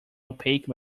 opaque